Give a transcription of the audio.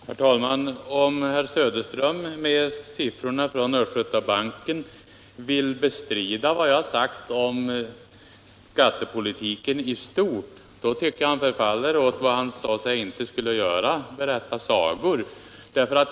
Herr talman! Om herr Söderström med siffrorna från Östgötabanken vill bestrida vad jag sagt om skattepolitiken i stort, tycker jag att han förfaller till någonting som han sade att han inte skulle ägna sig åt, nämligen att berätta sagor.